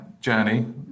journey